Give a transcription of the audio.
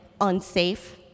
unsafe